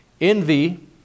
Envy